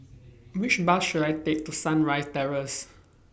Which Bus should I Take to Sunrise Terrace